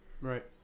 Right